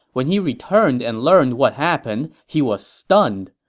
when he returned and learned what happened, he was stunned.